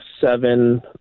seven